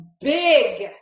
big